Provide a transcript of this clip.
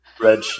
red